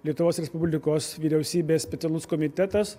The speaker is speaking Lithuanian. lietuvos respublikos vyriausybės specialus komitetas